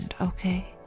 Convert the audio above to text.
okay